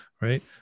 right